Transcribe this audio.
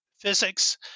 Physics